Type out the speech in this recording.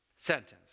sentence